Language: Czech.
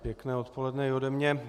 Pěkné odpoledne i ode mne.